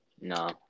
No